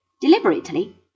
Deliberately